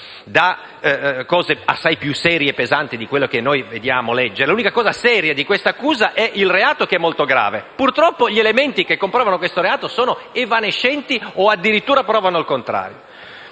da cose assai più serie e pesanti di quella che noi andiamo a leggere. L'unica cosa seria di questa accusa è che il reato è molto grave; purtroppo gli elementi che comprovano questo reato sono evanescenti o addirittura provano il contrario.